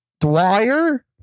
Dwyer